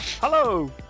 Hello